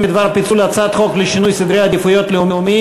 הרווחה והבריאות בדבר פיצול הצעת חוק לשינוי סדרי עדיפויות לאומיים